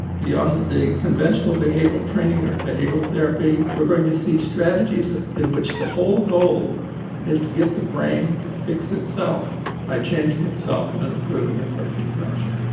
beyond the conventional behavioural training or behavioural therapy, you're going to see strategies in which the whole goal is to get the brain to fix itself by changing itself in an improving or corrective direction.